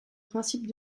principes